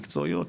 מקצועיות,